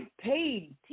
paid